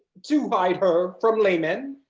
to hide her from laymen.